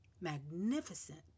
magnificent